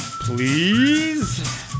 please